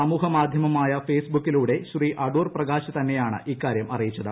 സമൂഹ മാധ്യമമായ ഫെയ്സ് ബുക്കിലൂടെ ശ്രീ അടൂർ പ്രകാശ് തന്നെയാണ് ഇക്കാര്യം അറിയിച്ചത്